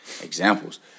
examples